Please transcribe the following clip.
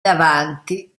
davanti